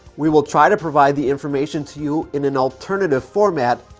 we will try to provide the information to you in an alternative format,